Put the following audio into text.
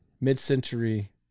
Mid-century